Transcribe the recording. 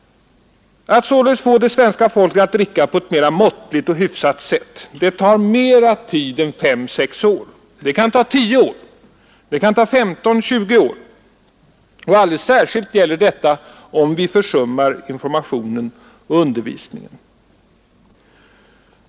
Att således få det svenska folket att dricka på ett mera måttligt och hyfsat sätt tar mera tid än 5—6 år. Det kan ta 10 år, det kan ta 15—20 år. Och alldeles särskilt gäller detta om vi försummar informationen och undervisningen.